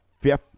fifth